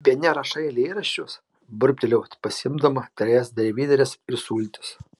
bene rašai eilėraščius burbtelėjau pasiimdama trejas devynerias ir sultis